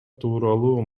тууралуу